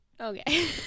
Okay